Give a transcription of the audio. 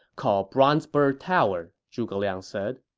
called bronze bird tower, zhuge liang said.